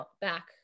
back